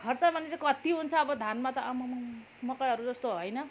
खर्च पानी चाहिँ कति हुन्छ अब धानमा त अब आमामामामा मकैहरूजस्तो हैन